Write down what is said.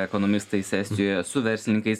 ekonomistais estijoje su verslininkais